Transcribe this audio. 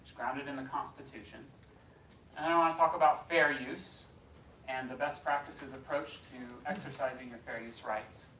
grounded in the constitution and then i want to talk about fair use and the best practices approach to exercising your fair use rights.